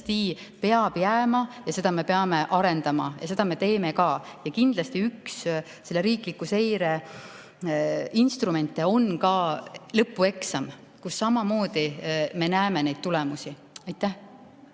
jääma, seda me peame arendama ja seda me ka teeme. Kindlasti üks selle riikliku seire instrumente on ka lõpueksam, kus me samamoodi näeme neid tulemusi. Kalle